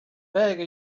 beg